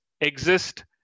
exist